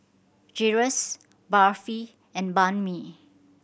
Gyros Barfi and Banh Mi